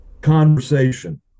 conversation